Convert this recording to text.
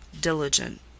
diligent